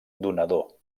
donador